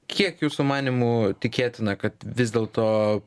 kiek jūsų manymu tikėtina kad vis dėlto